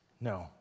no